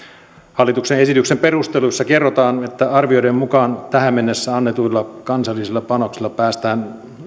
hallituksen esityksen perusteluissa kerrotaan että arvioiden mukaan tähän mennessä annetuilla kansallisilla panoksilla päästään